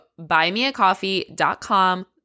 buymeacoffee.com